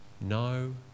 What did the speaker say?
no